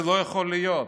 זה לא יכול להיות.